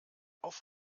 auf